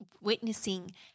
witnessing